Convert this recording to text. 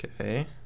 okay